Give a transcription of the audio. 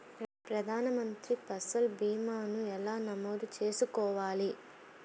ప్రధాన మంత్రి పసల్ భీమాను ఎలా నమోదు చేసుకోవాలి?